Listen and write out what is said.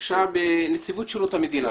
נציבות שירות המדינה.